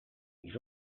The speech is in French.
ils